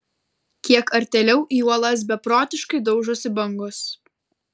kiek artėliau į uolas beprotiškai daužosi bangos